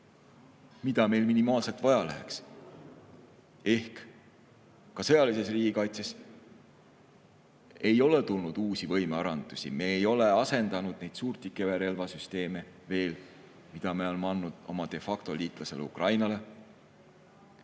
mida meil minimaalselt vaja läheks. Ehk ka sõjalises riigikaitses ei ole tulnud uusi võimearendusi ja me ei ole veel asendanud neid suurtükiväe relvasüsteeme, mille me oleme andnud omade factoliitlasele Ukrainale.